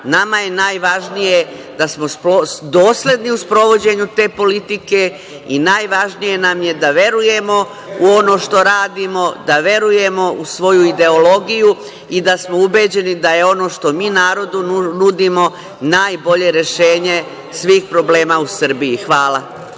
je najvažnije da smo dosledni u sprovođenju te politike i najvažnije nam je da verujemo u ono što radimo, da verujemo u svoju ideologiju i da smo ubeđeni da ono što mi narodu nudimo, najbolje rešenje svih problema u Srbiji. Hvala.